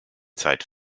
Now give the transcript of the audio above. zeit